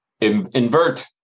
invert